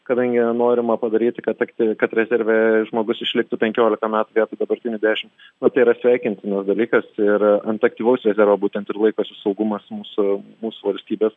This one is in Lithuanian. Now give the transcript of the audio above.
kadangi norima padaryti kad aktyvi kad rezerve žmogus išliktų penkiolika metų vietoj dabartinių dešimt o tai yra sveikintinas dalykas ir ant aktyvaus rezervo būtent ir laikosi saugumas mūsų mūsų valstybės